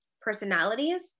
personalities